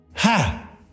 Ha